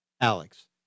Alex